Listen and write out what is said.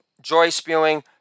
joy-spewing